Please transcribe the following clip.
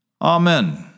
Amen